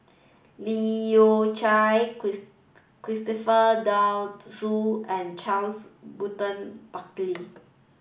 Leu Yew Chye Christopher De Souza and Charles Burton Buckley